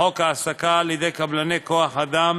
לחוק העסקת עובדים על-ידי קבלני כוח-אדם,